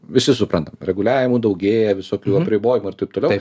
visi supranta reguliavimų daugėja visokių apribojimų ir taip toliau